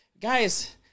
Guys